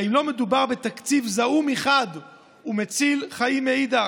האם לא מדובר בתקציב זעום מחד ומציל חיים מאידך?